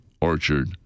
Orchard